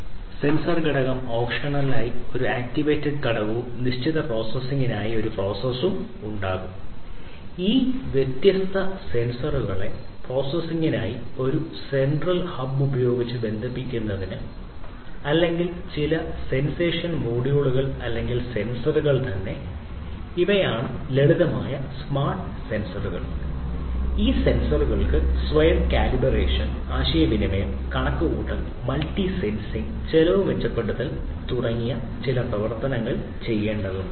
അതിനാൽ സെൻസർ ഘടകം ഓപ്ഷണലായി ഒരു ആക്റ്റിവേറ്റഡ് ഘടകവും നിശ്ചിത പ്രോസസ്സിംഗിനായി ഒരു പ്രോസസ്സറും ഉണ്ടാകും ഈ വ്യത്യസ്ത സെൻസറുകളെ പ്രോസസ്സിംഗിനായി ഒരു സെൻട്രൽ ഹബ് ചെലവ് മെച്ചപ്പെടുത്തൽ തുടങ്ങിയ ചില പ്രവർത്തനങ്ങൾ ചെയ്യേണ്ടതുണ്ട്